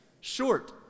Short